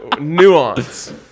Nuance